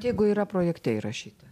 jeigu yra projekte įrašyta